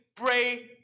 Pray